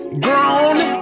Grown